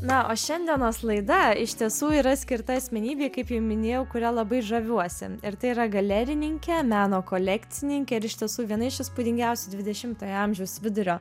na o šiandienos laida iš tiesų yra skirta asmenybei kaip jau minėjau kuria labai žaviuosi ir tai yra galerininkė meno kolekcininkė ir iš tiesų viena iš įspūdingiausių dvidešimtojo amžiaus vidurio